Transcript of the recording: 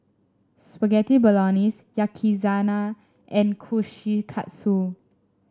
Spaghetti Bolognese Yakizakana and Kushikatsu